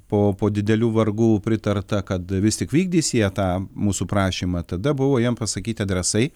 po po didelių vargų pritarta kad vis tik vykdys jie tą mūsų prašymą tada buvo jiem pasakyti adresai